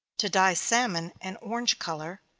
to dye salmon and orange color,